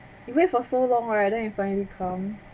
you wear for so long right then it finally comes